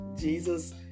Jesus